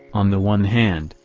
on the one hand,